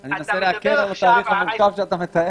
-- אני מנסה להקל על התהליך המורכב שאתה מתאר.